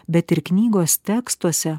bet ir knygos tekstuose